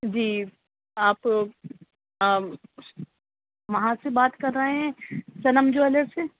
جی آپ وہاں سے بات کر رہے ہیں صنم جیولرس سے